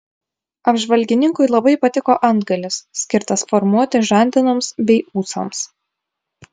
apžvalgininkui labai patiko antgalis skirtas formuoti žandenoms bei ūsams